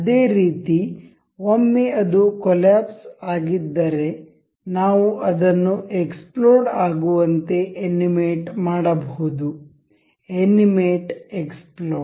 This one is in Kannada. ಅದೇ ರೀತಿ ಒಮ್ಮೆ ಅದು ಕೊಲ್ಯಾಪ್ಸ್ ಆಗಿದ್ದರೆ ನಾವು ಅದನ್ನು ಎಕ್ಸ್ಪ್ಲೋಡ್ ಆಗುವಂತೆ ಅನಿಮೇಟ್ ಮಾಡಬಹುದು ಅನಿಮೇಟ್ ಎಕ್ಸ್ಪ್ಲೋಡ್